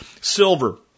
Silver